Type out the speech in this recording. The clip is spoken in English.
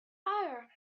fire